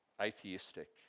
atheistic